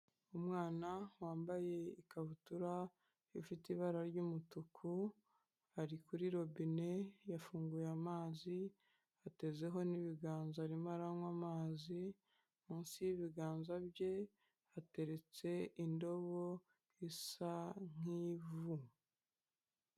Umwana wambaye ikabutura, ifite ibara ry'umutuku, ari kuri robine, yafunguye amazi, atezeho n'ibiganza arimo aranywa amazi, munsi y'ibiganza bye hateretse indobo isa nk'ivu.